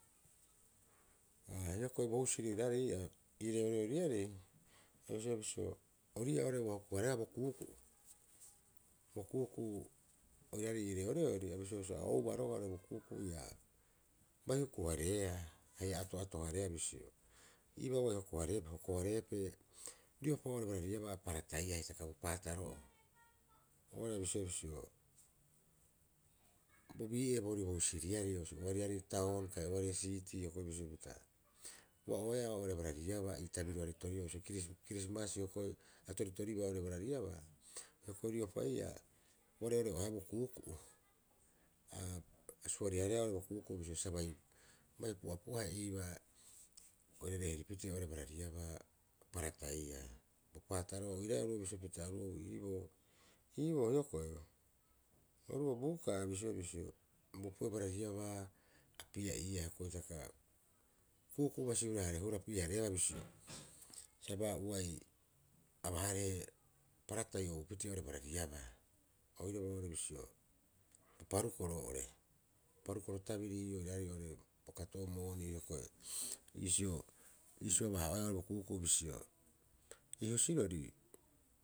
Aa hioko'i bo husiri oiraarei ii'aa, ii reoreoriarei o bisio- bisio oiri ii'aa ua hoko- hareebaa bo ku'uku'u- bo ku'uku'u oiraarei ii reoreorii a bisioea bisio ao oubaa roga'a boku'uku'u iabai huku- hareea haia ia ato'ato- hareea bisio ii baa'ubai hoko- hareep- hoko- hareepee riopa oo're barariabaa a parataia hitaka bo paataro'oo. Oo're bisio- bisio bo bii'ee borii bo husiroriarei bisio oariarei taun kai oari siitii hioko'i bisio pita ua oeea oo'ore barariabaa ii tabirioarei toribaa bisio Kris- Krismas hioko'i a toritoribaa oo'ore barariabaa hioko'i riopa ii'aa uare ore'oo ha'oea bo ku'uku'u, a suarihareea bo ku'uku'u bisio sa bi pu'apu'ahe iibaa bai oirare heripitee oo'ore barariabaa aparataia. Bo paataro'oo oiraae oru'oo bisio pita oru'oo ii boo- iiboo hioko'e oru oo Buukaa a bioea bisio, bo opoi'oo barariabaa a pia'iia hioko'i hitaka ku'uku'ubasi hurahareba hurapi'e- hareebaa bisio sa baa ubai abaharehe paratai oupitee oo'ore barariabaa oiraba oo'ore bisio parukoro oo'ore parukoro tabiri ii'oo oiraarei oo'ore bo kato'oo moonii hioko'i bisio iisio aba- haa'oea oo bo ku'uku'u bisio iihusirori.